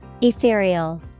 Ethereal